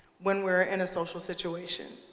when we're in a social situation,